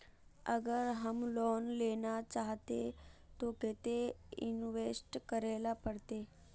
अगर हम लोन लेना चाहते तो केते इंवेस्ट करेला पड़ते?